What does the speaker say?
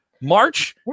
March